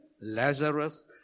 Lazarus